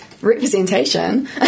representation